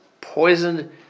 Poisoned